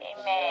Amen